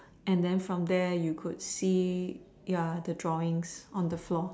and then from there you could see ya the drawings on the floor